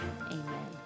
Amen